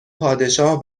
پادشاه